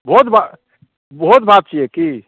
भोज भा भोज भात छियै की